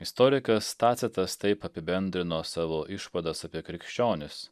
istorikas tacitas taip apibendrino savo išvadas apie krikščionis